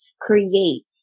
create